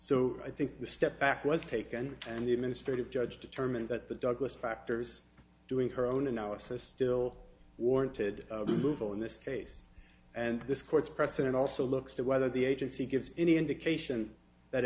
so i think the step back was taken and the administrative judge determined that the dog was factors doing her own analysis still warranted move on this case and this court's precedent also looks to whether the agency gives any indication that